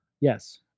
Yes